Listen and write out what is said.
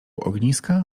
ogniska